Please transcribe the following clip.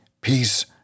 peace